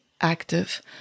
active